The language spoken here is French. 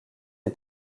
est